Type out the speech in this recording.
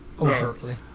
overtly